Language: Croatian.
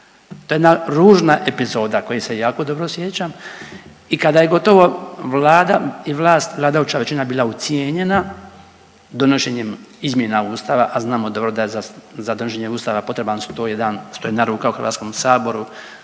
To je jedna ružna epizoda koje se jako dobro sjećam i kada je gotovo Vlada i vlast, vladajuća većina bila ucijenjena donošenjem izmjena Ustava, a znamo dobro da je za donošenje Ustava potreban 101 ruka u Hrvatskom saboru